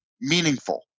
meaningful